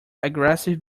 aggressive